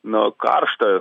nuo karštojo